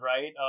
right